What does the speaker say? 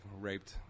raped